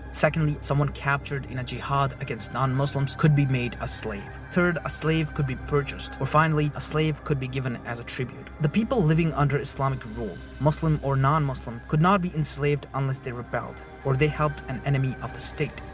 second, a person captured in a jihad against non-muslims could be made a slave. third, a slave could be purchased or finally, a slave could be given as a tribute. the people living under islamic rule, muslim or non-muslim, could not be enslaved unless they rebelled or they helped an enemy of the state.